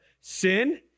sin